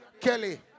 Kelly